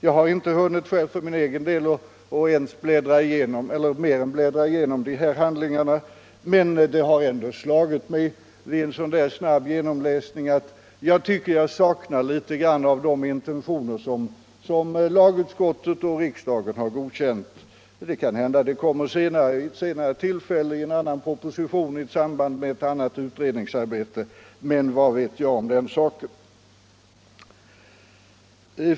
Jag har för egen del inte hunnit mer än bläddra igenom de här handlingarna, men det har ändå slagit mig vid den snabba genomgången att vissa av de intentioner med avseende på aktiebolagslagstiftningen som lagutskottet tidigare föreslagit och riksdagen godkänt saknas. Det kan hända att det kommer vid ett senare tillfälle, i en annan proposition, i samband med ett annat utredningsarbete — vad vet jag om den saken.